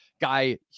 guy